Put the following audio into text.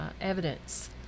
evidence